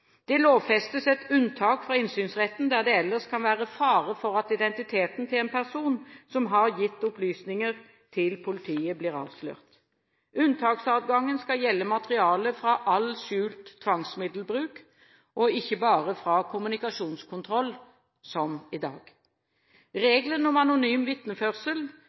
Det lovfestes et unntak fra innsynsretten der det ellers kan være fare for at identiteten til en person som har gitt opplysninger til politiet, blir avslørt. Unntaksadgangen skal gjelde materiale fra all skjult tvangsmiddelbruk og ikke bare fra kommunikasjonskontroll, som i dag. Regelen om anonym